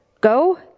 Go